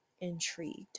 intrigued